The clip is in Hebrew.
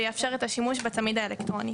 ויאפשר את השימוש בצמיד האלקטרוני.